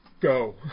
Go